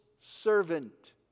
servant